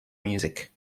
music